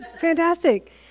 fantastic